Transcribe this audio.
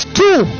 two